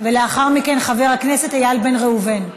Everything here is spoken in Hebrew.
ולאחר מכן, חבר הכנסת איל בן ראובן.